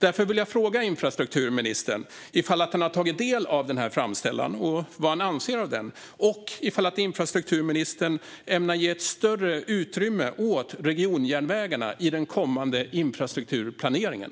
Därför vill jag fråga infrastrukturministern ifall han har tagit del av den, vad han i så fall anser om den och ifall han ämnar ge större utrymme åt regionjärnvägarna i den kommande infrastrukturplaneringen.